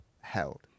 held